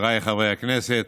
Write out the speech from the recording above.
חבריי חברי הכנסת,